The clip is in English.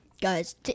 Guys